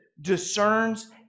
discerns